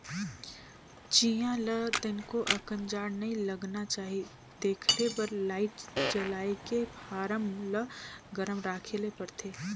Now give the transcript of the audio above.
चीया ल तनिको अकन जाड़ नइ लगना चाही तेखरे बर लाईट जलायके फारम ल गरम राखे ले परथे